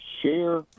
share